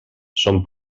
són